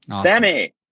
Sammy